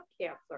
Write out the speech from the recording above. cancer